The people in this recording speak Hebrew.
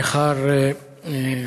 ירושלים,